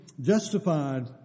justified